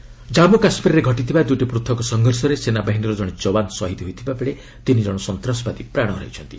JK gunfight Jammu କାଶ୍ମୀରରେ ଘଟିଥିବା ଦୁଇଟି ପୃଥକ ସଂଘର୍ଷରେ ସେନାବାହିନୀର ଜଣେ ଯବାନ ଶହୀଦ୍ ହୋଇଥିବା ବେଳେ ତିନି ଜଣ ସନ୍ତାସବାଦୀ ପ୍ରାଣ ହରାଇଛନ୍ତି